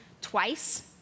twice